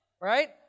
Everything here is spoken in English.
right